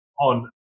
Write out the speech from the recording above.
on